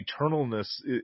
eternalness